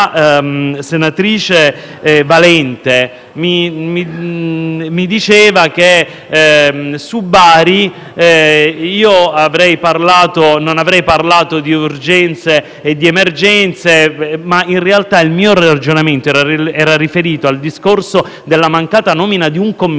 senatrice Valente mi diceva che su Bari io non avrei parlato di urgenze e di emergenze. In realtà il mio ragionamento era riferito al discorso della mancata nomina di un commissario,